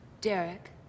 Derek